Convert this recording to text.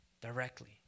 directly